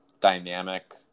dynamic